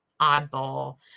oddball